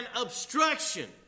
obstruction